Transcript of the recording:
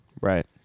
Right